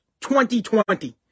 2020